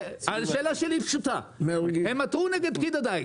השאלה שלי פשוטה: הם עתרו נגד פקיד הדיג.